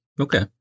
okay